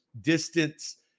distance